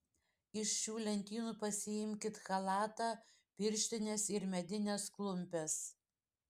iš šių lentynų pasiimkit chalatą pirštines ir medines klumpes